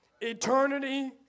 Eternity